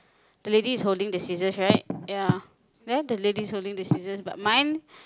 the lady is holding the scissors right ya there the lady is holding the scissors but mine